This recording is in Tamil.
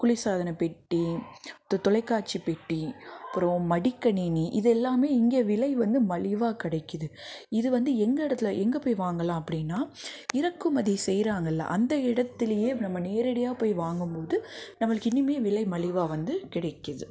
குளிர்சாதனப் பெட்டி தொ தொலைக்காட்சிப் பெட்டி அப்புறோம் மடிக்கணினி இது எல்லாமே இங்கே விலை வந்து மலிவாக கிடைக்குது இது வந்து எங்கே இடத்துல எங்கே போய் வாங்கலாம் அப்படின்னா இறக்குமதி செய்கிறாங்கள்ல அந்த இடத்திலியே நம்ம நேரடியாக போய் வாங்கும்போது நம்மளுக்கும் இன்னுமே விலை மலிவாக வந்து கிடைக்கும்